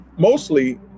Mostly